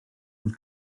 fod